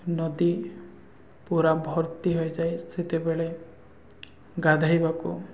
ନଦୀ ପୁରା ଭର୍ତ୍ତି ହୋଇଯାଏ ସେତେବେଳେ ଗାଧୋଇବାକୁ